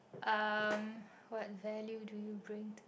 um what value do you bring to